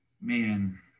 Man